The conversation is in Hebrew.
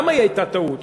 למה היא הייתה טעות?